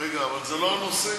אבל זה לא הנושא.